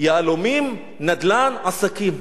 יהלומים, נדל"ן, עסקים.